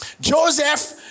Joseph